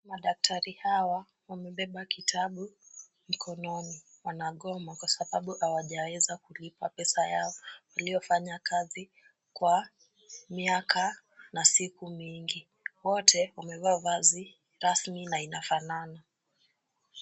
Madaktari hawa wamebeba kitabu mikononi wanagoma kwa sababu hawajaweza kulipwa pesa yao waliofanya kazi kwa miaka na siku mingi. Wote wamevaa vazi rasmi na inafanana.